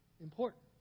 important